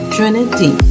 Trinity